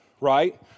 right